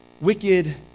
wicked